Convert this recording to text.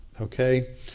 Okay